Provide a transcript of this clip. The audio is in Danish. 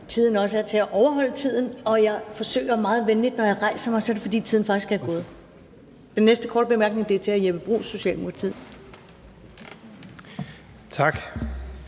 tiden også er til at overholde tiden. Og jeg forsøger meget venligt at vise det, ved at jeg rejser mig – og så er det, fordi tiden faktisk er gået. Den næste korte bemærkning er til hr. Jeppe Bruus, Socialdemokratiet. Kl.